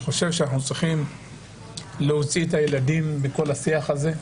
אני חושב שאנחנו צריכים להוציא את הילדים מכל השיח הזה.